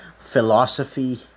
philosophy